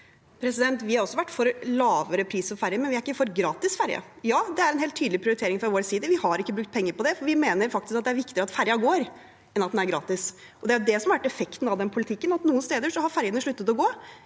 Vi har også vært for lavere priser på ferje, men vi er ikke for gratis ferje. Ja, det er en helt tydelig prioritering fra vår side, vi har ikke brukt penger på det, for vi mener faktisk at det er viktigere at ferjen går, enn at den er gratis. Det er det som har vært effekten av den politikken, at noen steder har ferjene sluttet å gå,